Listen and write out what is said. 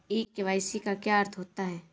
ई KYC का क्या अर्थ होता है?